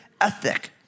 ethic